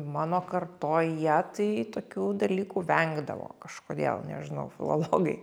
mano kartoje tai tokių dalykų vengdavo kažkodėl nežinau filologai